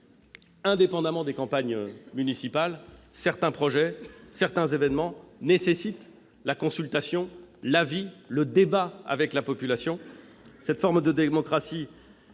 indépendamment des campagnes municipales, certains projets et événements nécessitent la consultation et le débat avec la population. Cette forme de démocratie existe et se développe